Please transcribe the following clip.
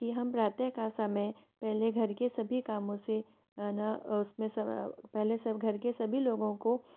कि हम प्रातः का समय पहले घर के सभी कामों से है न पहले सब घर के सभी लोगों को